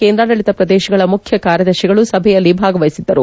ಕೇಂದ್ರಾಡಳಿತ ಪ್ರದೇಶಗಳ ಮುಖ್ಯ ಕಾರ್ಯದರ್ಶಿಗಳು ಸಭೆಯಲ್ಲಿ ಭಾಗವಹಿಸಿದ್ದರು